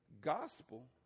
gospel